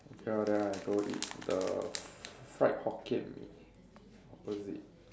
okay ah then I go eat the fried Hokkien-Mee opposite